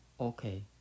okay